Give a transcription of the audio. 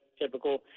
typical